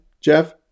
Jeff